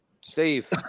Steve